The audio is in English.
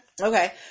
Okay